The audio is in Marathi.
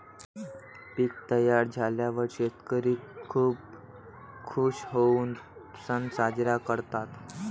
पीक तयार झाल्यावर शेतकरी खूप खूश होऊन सण साजरा करतात